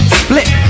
split